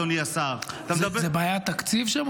אדוני השר --- זו בעיית תקציב שם,